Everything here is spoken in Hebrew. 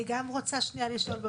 אני גם רוצה לשאול,